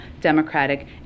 Democratic